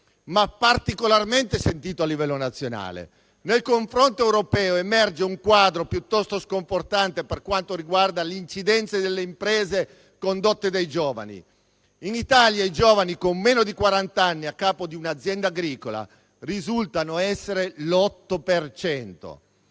ma particolarmente sentito a livello nazionale. Nel confronto europeo emerge un quadro piuttosto sconfortante per quanto riguarda l'incidenza delle imprese condotte dai giovani. In Italia i giovani con meno di quarant'anni a capo di un'azienda agricola risultano essere l'8